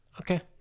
Okay